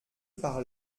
par